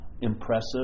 impressive